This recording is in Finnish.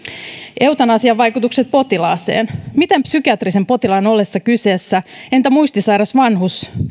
eutanasian vaikutukset potilaaseen miten on psykiatrisen potilaan ollessa kyseessä entä muistisairaan vanhuksen